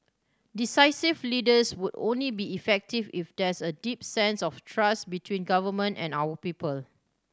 decisive leaders would only be effective if there's a deep sense of trust between government and our people